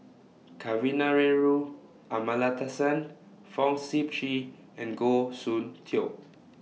Kavignareru Amallathasan Fong Sip Chee and Goh Soon Tioe